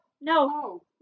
no